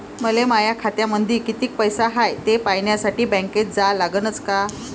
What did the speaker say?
मले माया खात्यामंदी कितीक पैसा हाय थे पायन्यासाठी बँकेत जा लागनच का?